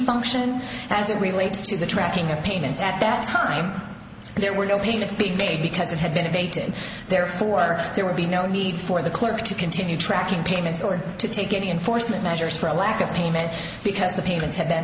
function as it relates to the tracking of payments at that time there were no payments being made because it had been abated therefore there would be no need for the clerk to continue tracking payments or to take it in force that measures for a lack of payment because the payments have been